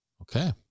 Okay